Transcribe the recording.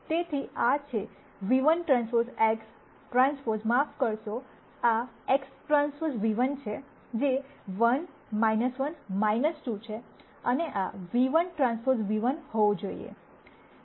તેથી આ છે ν₁TX ટ્રાંસપોઝમાફ કરશો આ XTν₁ છે જે 1 1 2 છે અને આ ν₁Tν₁ હોવું જોઈએ